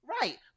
Right